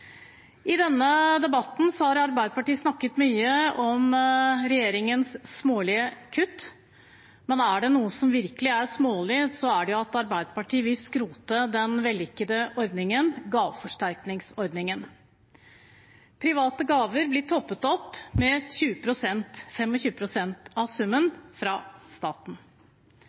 I denne debatten har Arbeiderpartiet snakket mye om regjeringens smålige kutt, men er det noe som virkelig er smålig, er det at Arbeiderpartiet vil skrote den vellykkede gaveforsterkningsordningen. Private gaver blir toppet opp av staten med 25 pst. av summen.